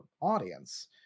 audience